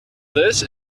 this